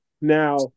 Now